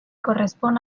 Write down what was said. correspon